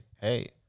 hey